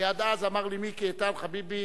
כי עד אז אמר לי מיקי איתן: חביבי,